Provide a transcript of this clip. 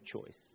choice